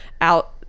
Out